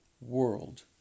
world